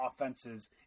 offenses